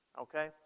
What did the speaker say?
Okay